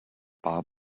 bob